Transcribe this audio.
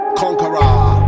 conqueror